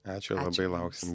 ačiū labai lauksim